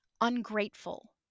ungrateful